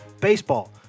baseball